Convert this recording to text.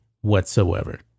whatsoever